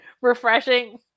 refreshing